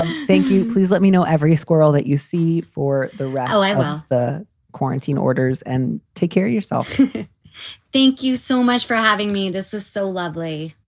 and thank you. please let me know every squirrel that you see for the red light. ah the quarantine orders and take care of yourself thank you so much for having me. and is this so lovely?